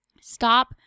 Stop